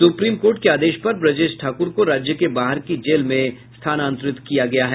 supreme court के आदेश पर ब्रजेश ठाकुर को राज्य के बाहर की जेल में स्थानांतरित किया गया है